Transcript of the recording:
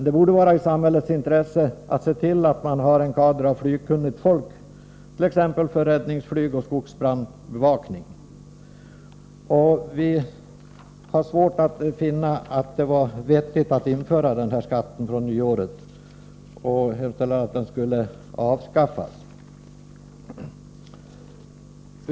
Det borde vara i samhällets intresse att se till, att det finns en kader av flygkunnigt folk t.ex. för räddningsflyg och skogsbrandsbevakning. Vi har svårt att finna att det var vettigt att införa den här skatten från nyåret och hemställer att den skall avskaffas.